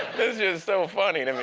just so funny to me.